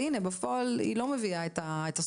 אבל הנה בפועל היא לא מביאה את הסחורה.